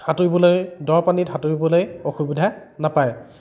সাঁতুৰিবলৈ দ পানীত সাঁতুৰিবলৈ অসুবিধা নাপায়